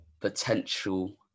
potential